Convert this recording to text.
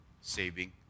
saving